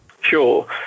sure